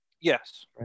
Yes